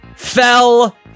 Fell